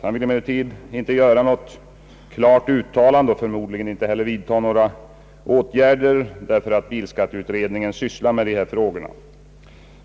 Han vill emellertid inte göra något klart uttalande och förmodligen inte heller vidta några åtgärder därför att bilskatteutredningen sysslar med dessa frågor.